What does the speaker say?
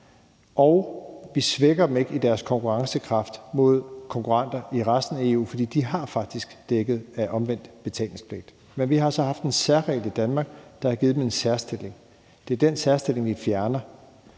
og vi svækker dem ikke i deres konkurrencekraft i forhold til konkurrenter i resten EU, for de er faktisk dækket af omvendt betalingspligt. Men vi har så haft en særregel i Danmark, der har givet dem en særstilling. Det er den særstilling, vi fjerner.